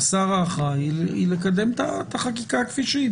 היא לקדם את החקיקה כפי שהיא.